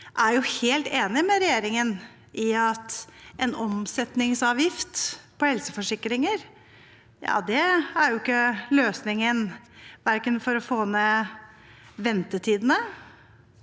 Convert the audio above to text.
vi er helt enig med regjeringen i at en omsetningsavgift på helseforsikringer ikke er løsningen for å få ned ventetidene.